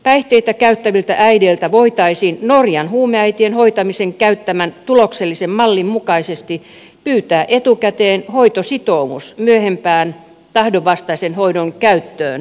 päihteitä käyttäviltä äideiltä voitaisiin norjan huumeäitien hoidossa käytetyn tuloksellisen mallin mukaisesti pyytää etukäteen hoitositoumus myöhempään tahdonvastaisen hoidon käyttöön tarvittaessa